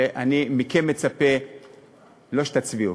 ואני מצפה מכם לא שתצביעו,